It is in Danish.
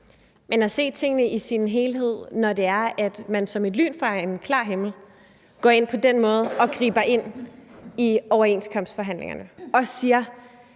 det at se tingene i sin helhed, når man som et lyn fra en klar himmel på den måde går ind og griber ind i overenskomstforhandlingerne? Man